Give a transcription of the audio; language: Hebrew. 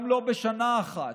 גם לא בשנה אחת.